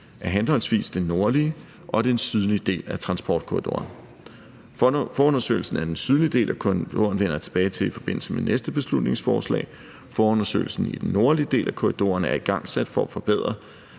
af henholdsvis den nordlige og den sydlige del af transportkorridoren. Forundersøgelsen af den sydlige del af korridoren vender jeg tilbage til i forbindelse med næste beslutningsforslag. Forundersøgelsen i den nordlige del af korridoren er igangsat for at forbedre